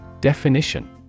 Definition